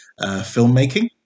filmmaking